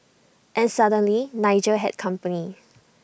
and suddenly Nigel had company